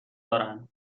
دارن